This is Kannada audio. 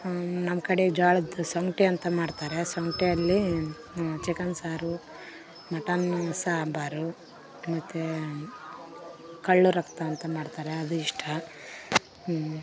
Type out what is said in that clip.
ನಮ್ಮ ಕಡೆ ಜೋಳದ್ ಸೊಂಗ್ಟಿ ಅಂತ ಮಾಡ್ತಾರೆ ಸೊಂಗ್ಟಿಯಲ್ಲಿ ಚಿಕನ್ ಸಾರು ಮಟನ್ ಸಾಂಬಾರು ಮತ್ತು ಕಳ್ಳು ರಕ್ತ ಅಂತ ಮಾಡ್ತಾರೆ ಅದು ಇಷ್ಟ